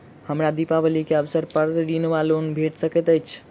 हमरा दिपावली केँ अवसर पर ऋण वा लोन भेट सकैत अछि?